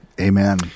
Amen